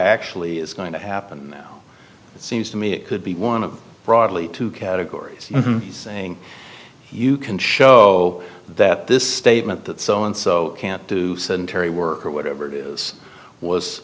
actually is going to happen it seems to me it could be one of broadly two categories of thing you can show that this statement that so and so can't do sedentary work or whatever this was